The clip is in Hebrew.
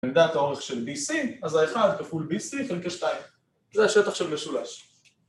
‫ונדע את האורך של BC, ‫אז ה-1 כפול BC חלקי 2. ‫זה השטח של משולש.